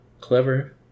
clever